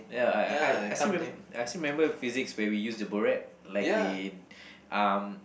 ya I I I still remem~ I still remember physics where we use the burette like we um